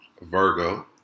Virgo